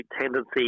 tendency